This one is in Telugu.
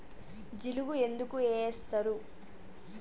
జిలుగు ఎందుకు ఏస్తరు?